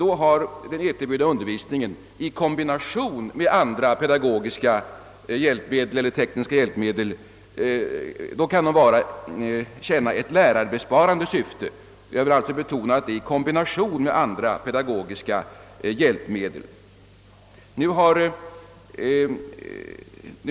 Där menar jag att den eterburna undervisningen i kombination med tekniska och pedagogiska hjälpmedel kan tjäna ett lärarbesparande syfte. Jag vill alltså betona att den eterburna undervisningen skall användas i kombination med andra pedagogiska hjälpmedel.